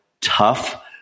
tough